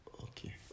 Okay